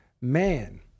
man